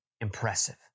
impressive